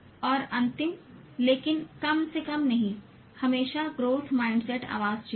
और अंतिम लेकिन कम से कम नहीं हमेशा ग्रोथ माइंडसेट आवाज चुनें